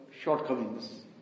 shortcomings